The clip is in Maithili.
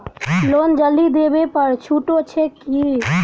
लोन जल्दी देबै पर छुटो छैक की?